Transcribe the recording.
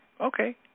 okay